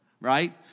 right